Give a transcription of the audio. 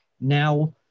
now